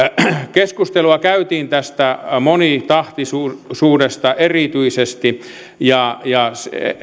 keskustelua käytiin tästä monitahtisuudesta erityisesti ja ja